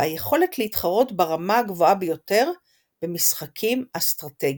והיכולת להתחרות ברמה הגבוהה ביותר במשחקים אסטרטגיים.